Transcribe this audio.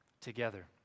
together